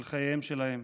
של חייהם שלהם.